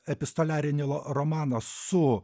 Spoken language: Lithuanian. epistoliarinį lo romaną su